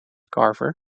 carver